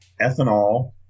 ethanol